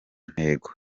ntego